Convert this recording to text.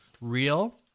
real